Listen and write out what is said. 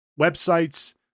websites